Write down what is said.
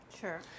sure